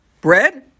bread